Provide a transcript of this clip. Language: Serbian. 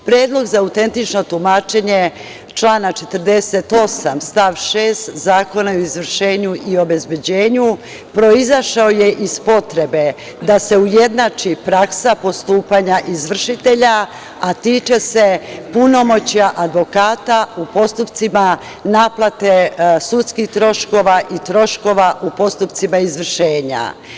Predlog za autentično tumačenje člana 48. stav 6. Zakona o izvršenje i obezbeđenju proizašao je iz potrebe da se ujednači praksa postupanja izvršitelja, a tiče se punomoćja advokata u postupcima naplate sudskih troškova i troškova u postupcima izvršenja.